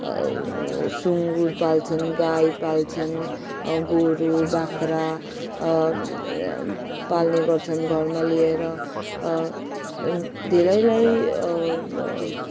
सुँगुर पाल्छन् गाई पाल्छन् गोरु बाख्रा पाल्ने गर्छन् घरमा लिएर धेरैलाई